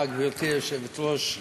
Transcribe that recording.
גברתי היושבת-ראש,